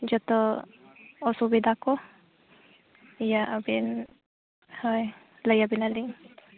ᱡᱚᱛᱚ ᱚᱥᱩᱵᱤᱫᱟ ᱠᱚ ᱤᱭᱟᱹ ᱟᱹᱵᱤᱱ ᱦᱳᱭ ᱞᱟᱹᱭᱟᱵᱮᱱᱟᱞᱤᱧ